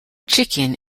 chicken